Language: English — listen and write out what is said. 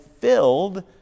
filled